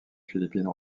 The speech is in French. philippine